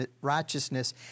righteousness